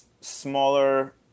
smaller